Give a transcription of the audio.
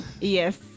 yes